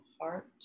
heart